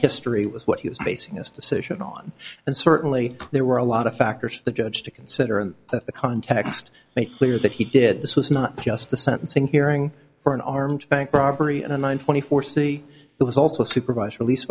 history was what he was basing his decision on and certainly there were a lot of factors the judge to consider in that context make clear that he did this was not just the sentencing hearing for an armed bank robbery and a nine twenty four c it was also a supervised releas